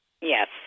Yes